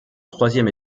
troisième